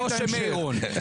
מירון,